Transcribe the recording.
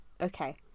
okay